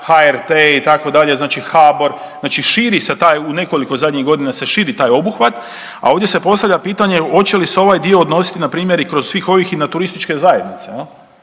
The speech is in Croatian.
HRT itd., znači HBOR, znači širi se taj u nekoliko zadnjih godina se širi taj obuhvat a ovdje se postavlja pitanje hoće li se ovaj odnositi i na primjer i kroz svih ovih i na turističke zajednice.